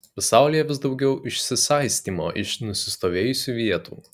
pasaulyje vis daugiau išsisaistymo iš nusistovėjusių vietų